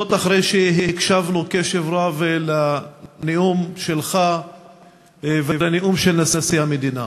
אחרי שהקשבנו בקשב רב לנאום שלך ולנאום של נשיא המדינה.